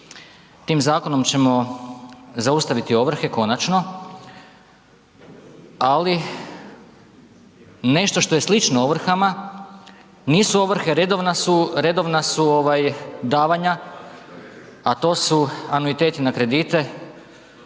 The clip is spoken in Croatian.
tim zakonom ćemo zaustaviti ovrhe konačno, ali nešto što je slično ovrhama, nisu ovrhe, redovna su ovaj davanja, a to su anuiteti na kredite,